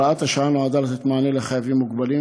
הוראת השעה נועדה לתת מענה לחייבים מוגבלים